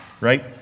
right